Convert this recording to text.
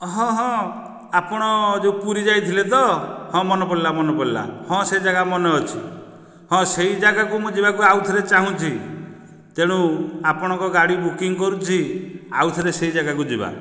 ହଁ ହଁ ଆପଣ ଯେଉଁ ପୁରୀ ଯାଇଥିଲେ ତ ହଁ ମନେପଡ଼ିଲା ମନେପଡ଼ିଲା ହଁ ସେ ଜାଗା ମନେଅଛି ହଁ ସେଇ ଜାଗାକୁ ମୁଁ ଯିବାକୁ ଆଉଥରେ ଚାହୁଁଛି ତେଣୁ ଆପଣଙ୍କ ଗାଡି ବୁକିଂ କରୁଛି ଆଉଥରେ ସେଇ ଜାଗାକୁ ଯିବା